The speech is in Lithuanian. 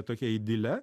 tokia idile